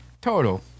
total